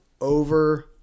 over